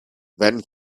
when